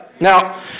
Now